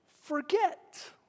Forget